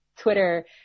Twitter